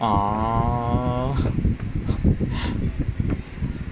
哦